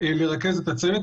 לרכז את הצוות.